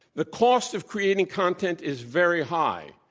the cost of creating content is very high.